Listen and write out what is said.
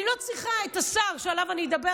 אני לא צריכה את השר שעליו אני אדבר